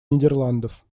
нидерландов